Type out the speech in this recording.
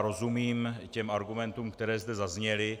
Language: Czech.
Rozumím argumentům, které zde zazněly.